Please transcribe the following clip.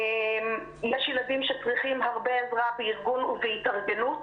יש ילדים שצריכים הרבה עזרה בארגון ובהתארגנות